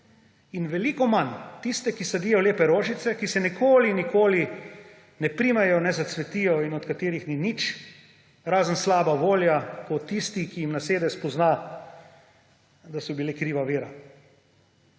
in veliko manj tiste, ki sadijo lepe rožice, ki se nikoli, nikoli ne primejo, ne zacvetijo in od katerih ni nič, razen slaba volja, ko tisti, ki jim nasede, spozna, da so bile kriva vera.